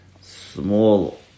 Small